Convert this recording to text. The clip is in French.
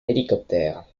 hélicoptère